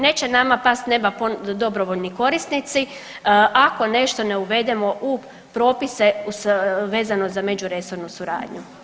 Neće nama pasti s nema dobrovoljni korisnici ako nešto ne uvedemo u propise vezano za međuresornu suradnju.